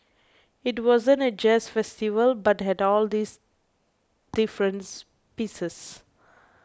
it wasn't a jazz festival but had all these different pieces